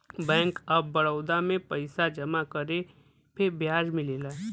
bank of Baroda में पइसा जमा करे पे ब्याज मिलला